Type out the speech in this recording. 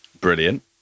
Brilliant